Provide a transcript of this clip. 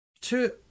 two